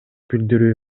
билдирүү